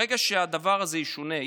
ברגע שהדבר הזה ישונה,